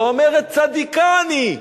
ואומרת: צדיקה אני.